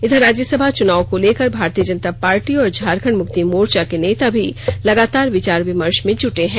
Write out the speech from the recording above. इधर राज्यसभा चुनाव को लेकर भारतीय जनता पार्टी और झारखंड मुक्ति मोर्चा के नेता भी लगातार विचार विमर्ष में जुटे है